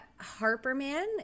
Harperman